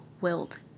wilt